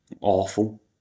awful